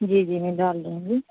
جی جی میں ڈال دوں گی